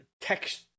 text